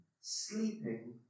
sleeping